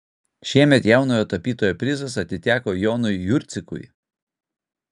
šiemet jaunojo tapytojo prizas atiteko jonui jurcikui